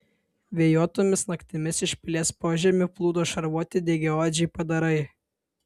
vėjuotomis naktimis iš pilies požemių plūdo šarvuoti dygiaodžiai padarai